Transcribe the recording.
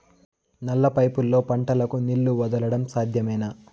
నల్ల పైపుల్లో పంటలకు నీళ్లు వదలడం సాధ్యమేనా?